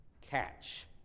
catch